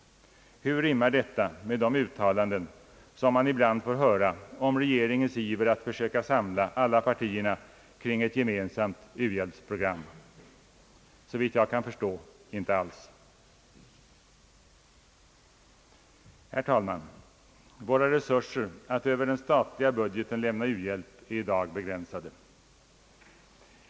Hur rimmar detta med det uttalande som man ibland får höra om regeringens iver att försöka samla alla partierna kring ett gemensamt u-hjälpsprogram? Såvitt jag kan förstå inte alls. Herr talman! Våra resurser att över den statliga budgeten lämna u-hjälp är i dag begränsade.